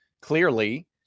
clearly